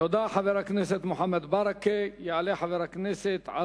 תודה, חבר הכנסת מוחמד ברכה.